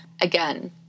Again